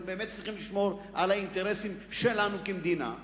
ואנחנו צריכים לשמור על האינטרסים שלנו כמדינה.